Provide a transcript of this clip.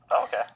Okay